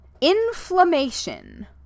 Inflammation